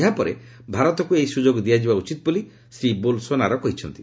ଏହାପରେ ଭାରତକୁ ଏହି ସୁଯୋଗ ଦିଆଯିବା ଉଚିତ୍ ବୋଲି ଶ୍ରୀ ବୋଲସୋନାରୋ କହିଛନ୍ତି